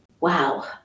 Wow